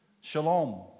Shalom